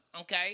Okay